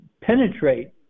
penetrate